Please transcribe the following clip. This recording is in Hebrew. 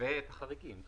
ואת החריגים.